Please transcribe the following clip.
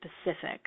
specific